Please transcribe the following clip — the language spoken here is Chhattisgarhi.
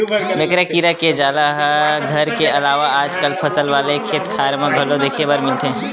मेकरा कीरा के जाला ह घर के अलावा आजकल फसल वाले खेतखार म घलो देखे बर मिली जथे